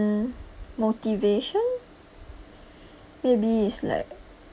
motivation maybe it's like